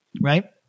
right